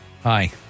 Hi